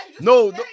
no